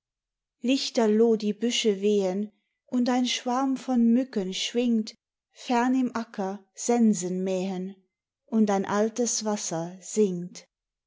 lichterloh die büsche wehen und ein schwarm von mücken schwingt fern im acker sensen mähen und ein altes wasser singt